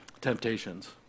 temptations